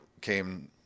came –